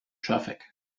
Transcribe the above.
traffic